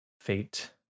fate